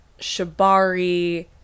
Shibari